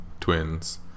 twins